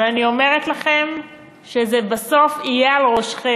אבל אני אומרת לכם שבסוף זה יהיה על ראשכם,